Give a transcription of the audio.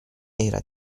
era